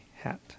Hat